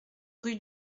rue